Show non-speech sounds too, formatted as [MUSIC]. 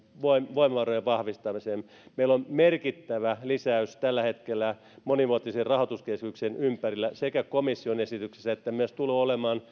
voimavarojen vahvistamiseen meillä on merkittävä lisäys tällä hetkellä monivuotisen rahoituskehyksen ympärillä sekä komission esityksessä että tulee olemaan [UNINTELLIGIBLE]